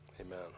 Amen